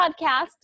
podcast